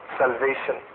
salvation